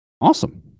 Awesome